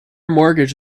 mortgage